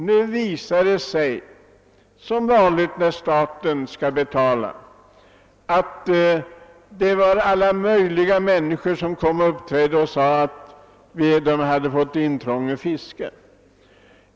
Men som vanligt när det är staten som betalar har alla möjliga människor kommit och sagt att de har lidit intrång i sitt fiske.